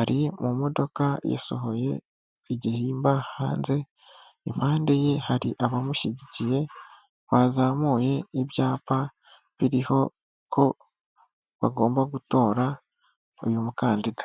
Ari mu modoka yasohoye igihimba hanze. Impande ye hari abamushyigikiye bazamuye ibyapa biriho ko bagomba gutora uyu mukandida.